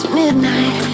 midnight